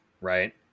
right